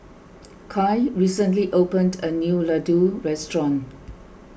Kai recently opened a new Ladoo restaurant